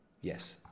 Yes